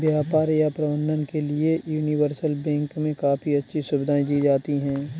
व्यापार या प्रबन्धन के लिये यूनिवर्सल बैंक मे काफी अच्छी सुविधायें दी जाती हैं